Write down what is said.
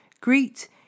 Greet